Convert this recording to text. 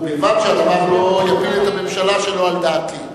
ובלבד שהדבר לא יפיל את הממשלה שלא על דעתי.